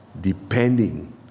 depending